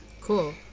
cool